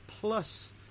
plus